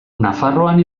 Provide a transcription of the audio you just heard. nafarroan